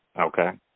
Okay